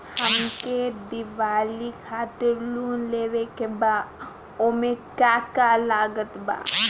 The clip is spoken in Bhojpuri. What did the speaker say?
हमके दिवाली खातिर लोन लेवे के बा ओमे का का लागत बा?